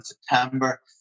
September